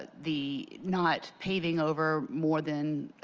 the not paving over more than